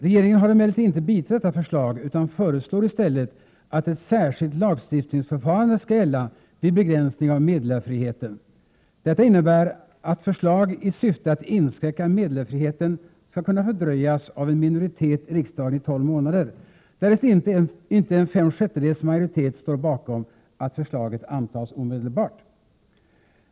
Regeringen har emellertid inte biträtt detta förslag utan föreslår i stället att ett särskilt lagstiftningsförfarande skall gälla vid begränsning av meddelarfriheten. Detta innebär att förslag i syfte att inskränka meddelarfriheten skall kunna fördröjas av en minoritet i riksdagen i tolv månader därest inte en fem sjättedels majoritet står bakom att förslaget antas omedelbart.